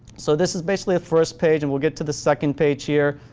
so this is basically a first page and will get to the second page here.